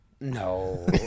No